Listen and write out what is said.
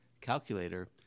calculator